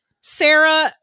Sarah